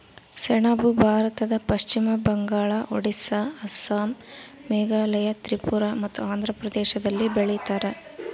ಸೆಣಬು ಭಾರತದ ಪಶ್ಚಿಮ ಬಂಗಾಳ ಒಡಿಸ್ಸಾ ಅಸ್ಸಾಂ ಮೇಘಾಲಯ ತ್ರಿಪುರ ಮತ್ತು ಆಂಧ್ರ ಪ್ರದೇಶದಲ್ಲಿ ಬೆಳೀತಾರ